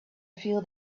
feel